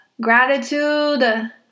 Gratitude